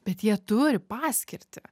bet jie turi paskirtį